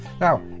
Now